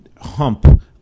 hump